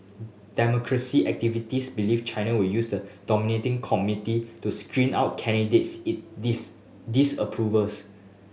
democracy activists believe China will use the nominating committee to screen out candidates it this disapproves